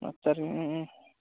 हासार